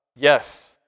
Yes